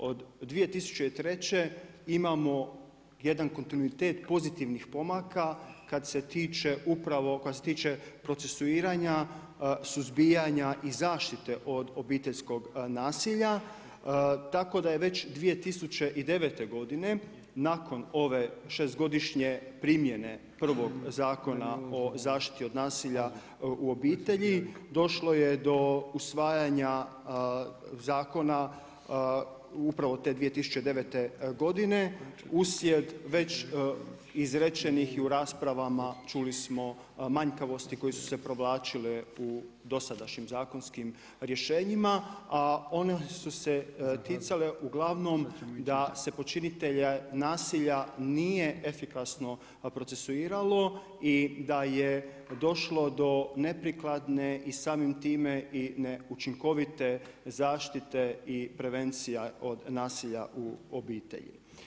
Od 2003. imamo jedan kontinuitet pozitivnih pomaka, kad se tiče upravo tiče procesuiranja, suzbijanja i zaštite od obiteljskog nasilja, tako da je već 2009. godine nakon ove šest godišnje primjene prvog Zakona o zaštiti od nasilja u obitelji, došlo je do usvajanja zakona, upravo te 2009. godine uslijed već izrečenih i u raspravama, čuli smo manjkavosti koje su se povlačile u dosadašnjim rješenjima, a one su se ticale uglavnom, da se počinitelje nasilja, nije efikasno procesuiralo i da je došlo do neprikladne i samim time i neučinkovite zaštite i prevencija od nasilja u obitelji.